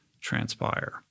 transpire